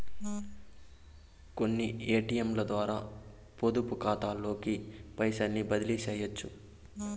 కొన్ని ఏటియంలద్వారా పొదుపుకాతాలోకి పైసల్ని బదిలీసెయ్యొచ్చు